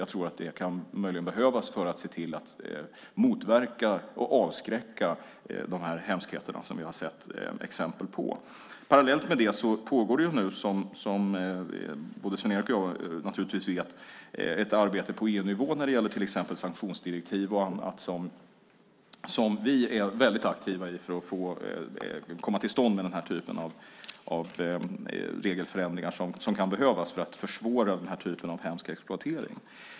Jag tror att det möjligen kan behövas för att man ska motverka och avskräcka de hemskheter som vi har sett exempel på. Parallellt med det pågår det nu, som både Sven-Erik Österberg och jag naturligtvis vet, ett arbete på EU-nivå när det gäller till exempel sanktionsdirektiv och annat. Där är vi väldigt aktiva för att komma till stånd med denna typ av regelförändringar som kan behövas för att försvåra den här typen av hemsk exploatering.